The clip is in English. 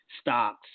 stocks